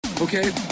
Okay